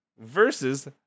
Versus